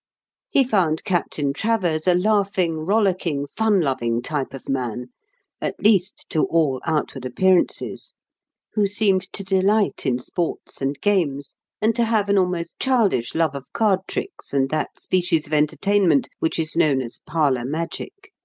he found captain travers a laughing, rollicking, fun-loving type of man at least, to all outward appearances who seemed to delight in sports and games and to have an almost childish love of card tricks and that species of entertainment which is known as parlour magic.